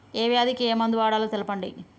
ఏ వ్యాధి కి ఏ మందు వాడాలో తెల్పండి?